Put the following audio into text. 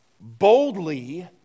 Boldly